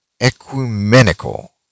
ecumenical